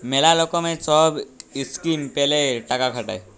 ম্যালা লকমের সহব ইসকিম প্যালে টাকা খাটায়